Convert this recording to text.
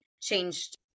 changed